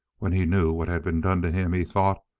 when he knew what had been done to him he thought,